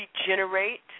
regenerate